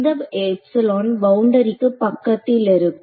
இந்த பவுண்டரிக்கு பக்கத்தில் இருக்கும்